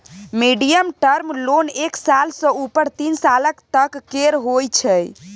medium term loan एक साल सँ उपर तीन सालक तक केर होइ छै